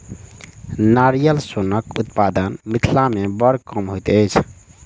नारियल सोनक उत्पादन मिथिला मे बड़ कम होइत अछि